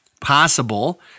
possible